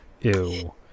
Ew